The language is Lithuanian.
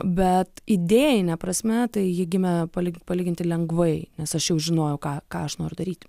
bet idėjine prasme tai ji gimė palygi palyginti lengvai nes aš jau žinojau ką ką aš noriu daryti